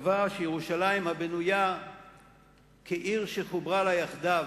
וקבע ש"ירושלים הבנויה כעיר שחוברה לה יחדיו",